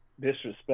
disrespect